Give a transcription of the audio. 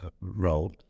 role